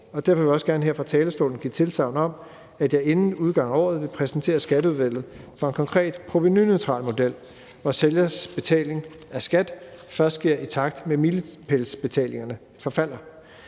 derfor vil jeg også gerne her fra talerstolen give tilsagn om, at jeg inden udgangen af året vil præsentere Skatteudvalget for en konkret provenuneutral model, hvor sælgers betaling af skat først sker, i takt med at milepælsbetalingerne forfalder.